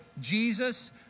Jesus